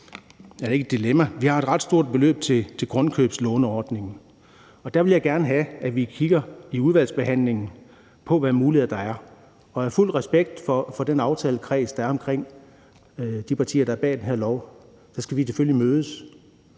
eller ikke et dilemma, men vi har et ret stort beløb til grundkøbslåneordningen. Og der vil jeg gerne have, at vi i udvalgsbehandlingen kigger på, hvilke muligheder der er. Jeg har fuld respekt for den aftalekreds, altså de partier, der er bag den her lov. Der skal vi selvfølgelig mødes